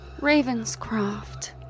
Ravenscroft